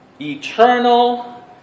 eternal